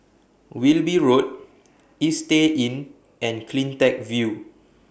Wilby Road Istay Inn and CleanTech View